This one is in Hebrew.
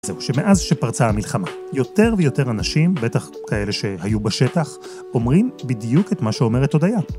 ‫זהו, שמאז שפרצה המלחמה, ‫יותר ויותר אנשים, ‫בטח כאלה שהיו בשטח, ‫אומרים בדיוק את מה שאומרת הודיה.